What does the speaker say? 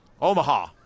Omaha